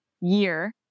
year